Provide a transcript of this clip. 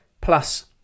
Plus